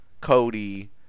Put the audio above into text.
Cody